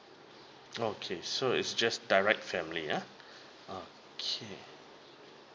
okay so is just direct family yeah okay